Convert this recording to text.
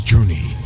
journey